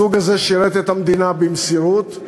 הזוג הזה שירת את המדינה במסירות,